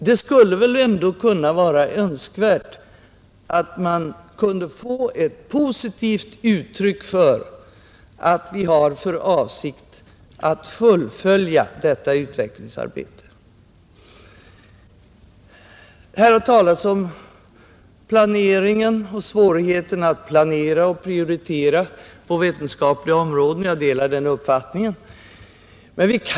Det skulle väl ändå vara önskvärt att man kunde få ett positivt uttryck för att vi har för avsikt att fullfölja detta utvecklingsarbete, Här har talats om svårigheter att planera och prioritera på vetenskapliga områden. Jag delar uppfattningen att det är svårt.